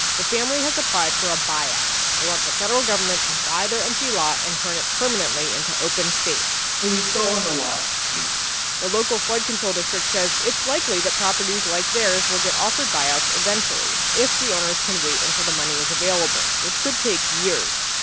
the family has applied for a buyout. they want the federal government to buy their empty lot and turn it permanently into open space so you still own the lot? i do the local flood control district says it's likely that properties like theirs will get offered buyouts eventually, if the owners can wait until the money is available, which could take years.